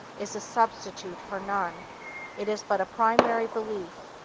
is a substitute for none it is but a primary belief,